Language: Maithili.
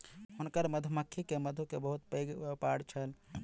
हुनकर मधुमक्खी के मधु के बहुत पैघ व्यापार छल